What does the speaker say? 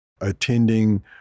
attending